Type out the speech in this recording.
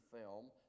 film